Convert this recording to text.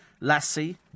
Lassie